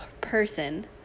person